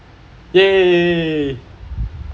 !yay!